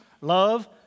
Love